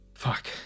Fuck